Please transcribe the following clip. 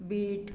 बीठ